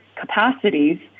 capacities